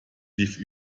lief